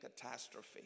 catastrophe